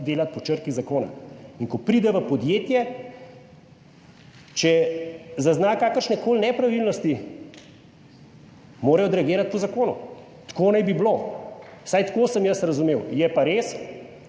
delati po črki zakona. Ko pride v podjetje, če zazna kakršnekoli nepravilnosti, mora odreagirati po zakonu. Tako naj bi bilo, vsaj tako sem jaz razumel. Je pa res,